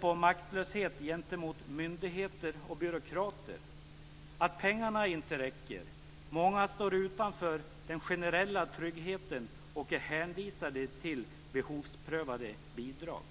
på maktlöshet gentemot myndigheter och byråkrater och på att pengarna inte räcker till. Många står utanför den generella tryggheten och är hänvisade till behovsprövade bidrag.